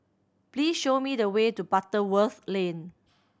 please show me the way to Butterworth Lane